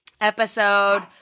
episode